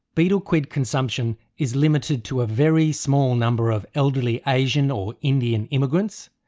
betel quid consumption is limited to a very small number of elderly asian or indian immigrants.